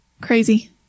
Crazy